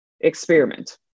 experiment